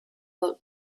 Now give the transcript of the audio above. old